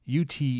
UT